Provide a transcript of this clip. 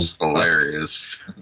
hilarious